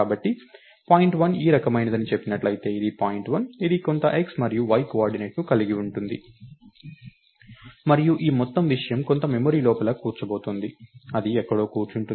కాబట్టి పాయింట్ 1 ఈ రకమైనదని చెప్పినట్లయితే ఇది పాయింట్ 1 ఇది కొంత x మరియు y కోఆర్డినేట్ను కలిగి ఉంటుంది మరియు ఈ మొత్తం విషయం కొంత మెమరీ లోపల కూర్చోబోతోంది అది ఎక్కడో కూర్చుంటుంది